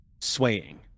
swaying